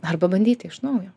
arba bandyti iš naujo